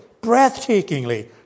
breathtakingly